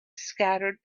scattered